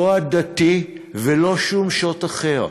לא הדתי ולא שום שוט אחר,